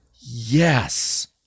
Yes